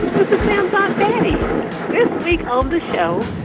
this is sam's aunt betty this week on the show,